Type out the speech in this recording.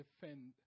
defend